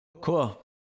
Cool